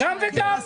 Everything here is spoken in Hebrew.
גם וגם.